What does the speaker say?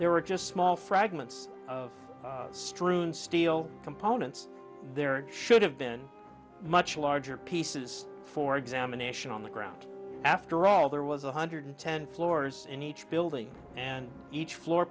there were just small fragments strewn steel components there should have been much larger pieces for examination on the ground after all there was one hundred ten floors in each building and each floor